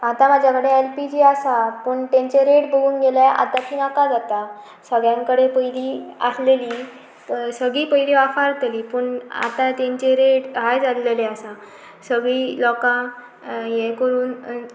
आतां म्हाज्या कडेन एल पी जी आसा पूण तेंचे रेट बगून गेल्या आतां ती नाका जाता सगळ्यांकडे पयलीं आसलेली सगळीं पयलीं वाफारतली पूण आतां तेंचे रेट हाय जाल्लेले आसा सगळीं लोकां हें करून